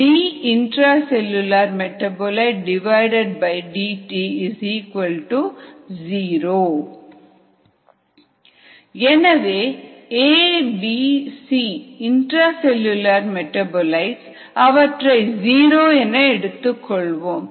ddt 0 எனவே ABC intra cellular metabolites அவற்றை zero என எடுத்துக் கொள்வோம்